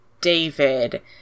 David